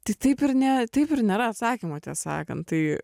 tai taip ir ne taip ir nėra atsakymo tiesą sakant tai